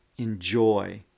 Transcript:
Enjoy